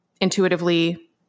intuitively